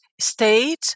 state